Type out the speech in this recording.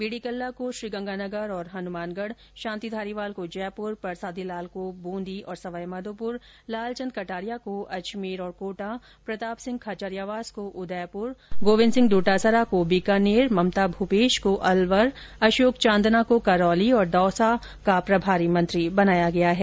BD Kalla को श्रीगंगानगर और हनुमानगढ़ शांति धारीवाल को जयपुर परसादी लाल को बूंदी और सवाईमाधोपुर लाल चंद कटारिया को अजमेर और कोटा प्रताप सिंह खाचरियावास को उदयपुर गोविंद सिंह डोटासरा को बीकानेर ममता भूपेश को अलवर अशोक चांदना को करौली और दौसा का प्रभारी मंत्री बनाया गया है